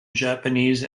japanese